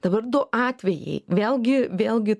dabar du atvejai vėlgi vėlgi